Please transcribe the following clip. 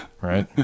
Right